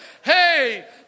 Hey